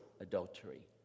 adultery